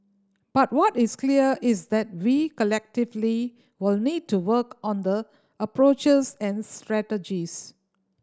but what is clear is that we collectively will need to work on the approaches and strategies